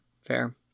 Fair